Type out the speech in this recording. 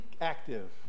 active